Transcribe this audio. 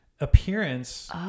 appearance